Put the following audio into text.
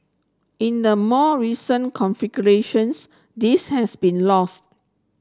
in the more recent configurations this has been lost